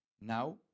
Now